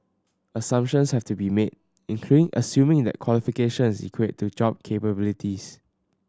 assumptions have to be made including assuming it that qualifications are equate to job capabilities